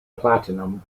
platinum